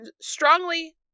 strongly